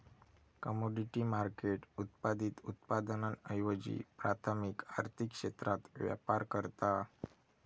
commodity market उत्पादित उत्पादनांऐवजी प्राथमिक आर्थिक क्षेत्रात व्यापार करता